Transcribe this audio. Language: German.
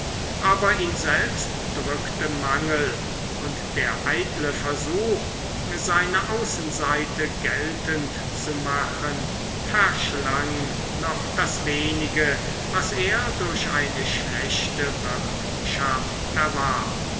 aber ihn selbst drückte mangel und der eitle versuch seine außenseite geltend zu machen verschlang noch das wenige was er durch eine schlechte wirtschaft erwarb